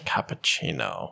Cappuccino